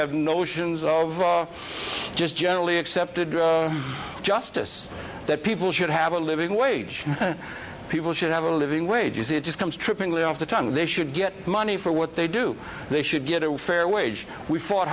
have notions of just generally accepted justice that people should have a living wage people should have a living wage is it just comes trippingly off the tongue they should get money for what they do they should get a fair wage we fought